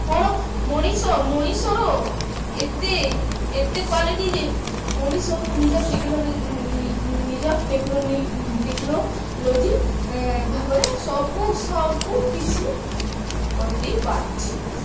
କ'ଣ ମଣିଷ ମଣିଷର ଏତେ ଏତେ କ୍ଵାଲିଟି ଯେ ମଣିଷ ନିଜ ନିଜର ଟେକ୍ନୋଲୋଜି ଭାବରେ ସବୁ ସବୁ କିଛି କରିଦେଇପାରୁଛି